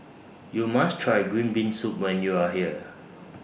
YOU must Try Green Bean Soup when YOU Are here